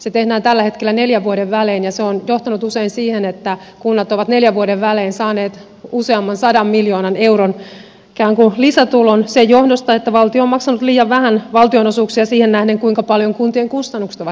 se tehdään tällä hetkellä neljän vuoden välein ja se on johtanut usein siihen että kunnat ovat neljän vuoden välein saaneet useamman sadan miljoonan euron ikään kuin lisätulon sen johdosta että valtio on maksanut liian vähän valtionosuuksia siihen nähden kuinka paljon kuntien kustannukset ovat kasvaneet